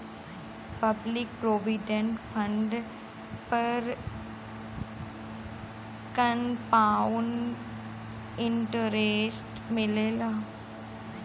public provident fund पर compound interest मिलला